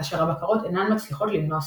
כאשר הבקרות אינן מצליחות למנוע סיכון.